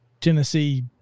Tennessee